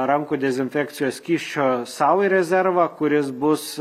rankų dezinfekcijos skysčio sau į rezervą kuris bus